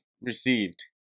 received